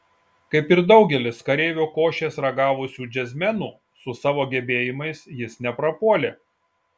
kaip ir daugelis kareivio košės ragavusių džiazmenų su savo gebėjimais jis neprapuolė